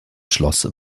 schloss